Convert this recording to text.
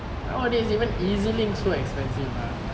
nowadays even E_Z link so expensive lah